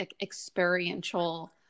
experiential